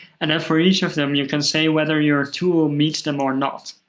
and then for each of them, you can say whether your tool meets them or not.